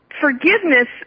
forgiveness